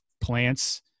plants